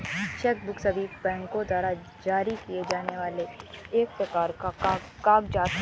check book सभी बैंको द्वारा जारी किए जाने वाला एक प्रकार का कागज़ात है